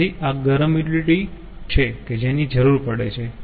તેથી આ ગરમ યુટીલીટી છે કે જેની જરૂર પડે છે